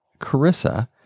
Carissa